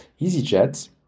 EasyJet